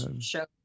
show